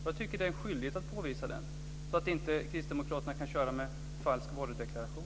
Jag tycker att det är min skyldighet att påvisa den så att inte Kristdemokraterna kan köra med falsk varudeklaration.